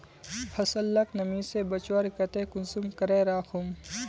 फसल लाक नमी से बचवार केते कुंसम करे राखुम?